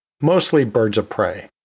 mostly birds of prey.